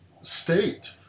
state